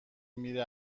میره